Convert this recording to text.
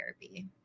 therapy